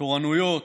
תורנויות.